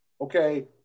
okay